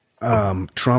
Trump